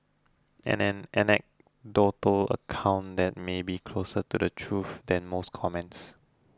and an anecdotal account that may be closer to the truth than most comments